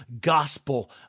gospel